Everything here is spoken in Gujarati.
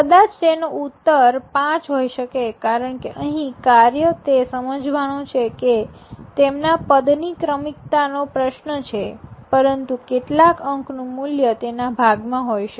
કદાચ તેનો ઉત્તર પાંચ હોય શકે કારણ કે અહીં કાર્ય તે સમજવાનો છે કે અહીં તેમના પદ ની ક્રમિકતા નો પ્રશ્ન છે પરંતુ કેટલા અંક નું મૂલ્ય તેના ભાગમાં હોય શકે